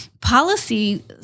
policy